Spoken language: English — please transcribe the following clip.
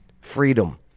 freedom